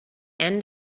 end